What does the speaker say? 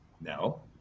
No